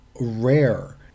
rare